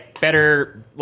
better